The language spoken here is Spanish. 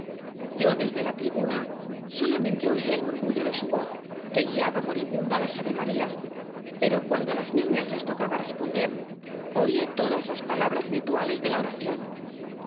yo desde la tribuna solamente oía el murmullo de su voz que guiaba moribunda las avemarias pero cuando á las niñas les tocaba responder oía todas las palabras ri tuales de la oración